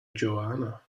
joanna